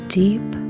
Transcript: deep